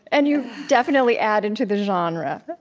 and you definitely added to the genre.